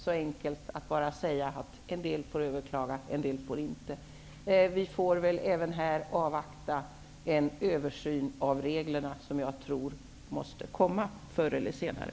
Det går inte att bara säga att en del får överklaga och att andra inte får göra det. Vi får väl även här avvakta den översyn av reglerna som jag tror måste komma förr eller senare.